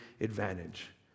advantage